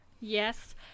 Yes